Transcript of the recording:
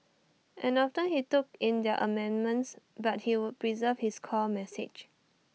and often he took in their amendments but he would preserve his core message